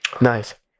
Nice